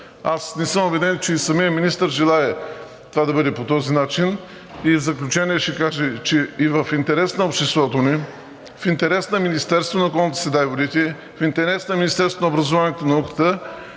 Аз не съм убеден, че самият министър ще желае това да бъде по този начин. И в заключение ще кажа, че в интерес на обществото ни, в интерес на Министерството на околната среда и водите, в интерес на Министерството на образованието и науката